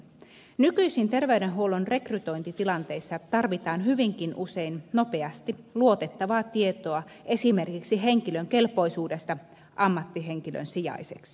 nykyisin terveydenhuollon rekrytointitilanteissa tarvitaan hyvinkin usein nopeasti luotettavaa tietoa esimerkiksi henkilön kelpoisuudesta ammattihenkilön sijaiseksi